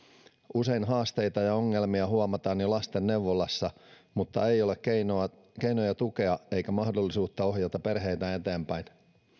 usein haasteita ja ongelmia huomataan jo lastenneuvolassa mutta ei ole keinoja tukea eikä mahdollisuutta ohjata perheitä eteenpäin